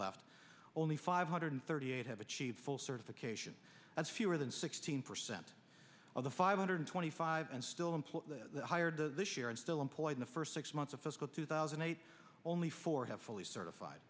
left only five hundred thirty eight have achieved full certification as fewer than sixteen percent of the five hundred twenty five and still employed hired this year and still employed in the first six months of fiscal two thousand and eight only four have fully certified